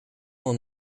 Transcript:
dan